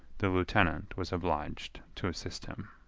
the lieutenant was obliged to assist him.